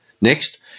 next